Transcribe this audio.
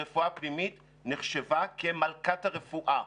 הרפואה הפנימית נחשבה כמלכת הרפואה.